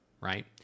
right